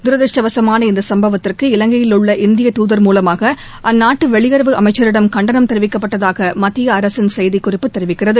தூதிருஷ்டவசமான இந்த சும்பவத்திற்கு இலங்கையில் உள்ள இந்திய துதர் மூலமாக அழ்நாட்டு வெளியுறவு அமைச்சரிடம் கண்டனம் தெரிவிக்கப்பட்டதாக மத்திய அரசின் செய்திக் குறிப்பு தெரிவிக்கிறது